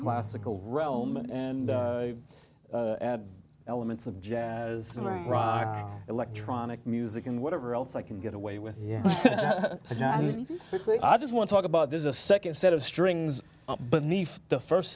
classical realm and add elements of jazz rock electronic music and whatever else i can get away with yeah i just want to talk about there's a second set of strings but the first